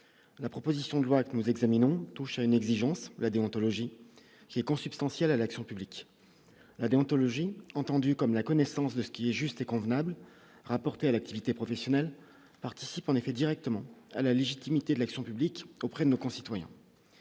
la proposition de loi que nous examinons touche à une exigence la déontologie qui est consubstantielle à l'action publique, la déontologie, entendu comme la connaissance de ce qui est juste et convenable, rapporté à l'activité professionnelle participe en effet directement à la légitimité de l'action publique auprès de nos concitoyens,